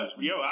Yo